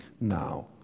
now